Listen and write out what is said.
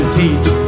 teach